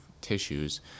tissues